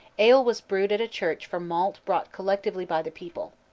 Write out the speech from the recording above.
ale was brewed at church from malt brought collectively by the people.